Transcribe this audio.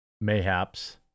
Mayhaps